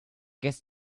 guess